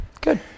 Good